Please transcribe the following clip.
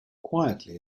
quietly